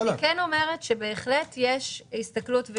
בהחלט יש הסתכלות,